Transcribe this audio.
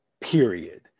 Period